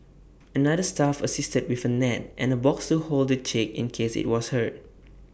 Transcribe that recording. another staff assisted with A net and A box to hold the chick in case IT was hurt